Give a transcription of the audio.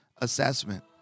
assessment